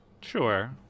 Sure